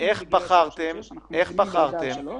שלוש עד שש זה לא במסגרת הרווחה.